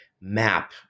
map